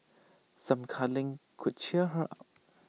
some cuddling could cheer her up